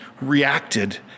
reacted